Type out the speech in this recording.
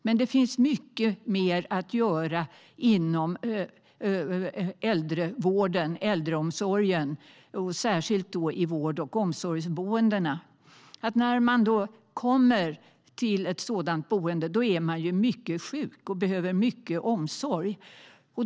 Men det finns mycket mer att göra inom äldrevården och äldreomsorgen, särskilt i vård och omsorgsboendena. När man kommer till ett sådant boende är man mycket sjuk och behöver mycket omsorg.